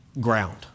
ground